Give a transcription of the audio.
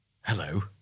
Hello